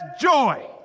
joy